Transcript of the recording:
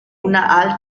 una